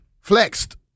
flexed